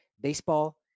baseball